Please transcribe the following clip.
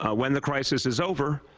ah when the crisis is over,